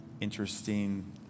interesting